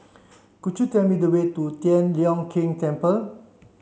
could you tell me the way to Tian Leong Keng Temple